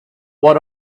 what